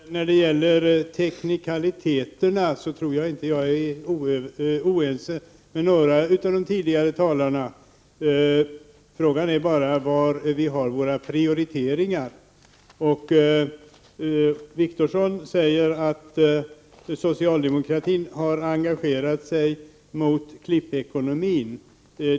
Herr talman! När det gäller teknikaliteterna tror jag inte att jag är oense med några av de tidigare talarna. Frågan är bara var våra prioriteringar ligger. Åke Wictorsson säger att socialdemokratin har engagerat sig mot klippekonomin.